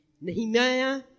Nehemiah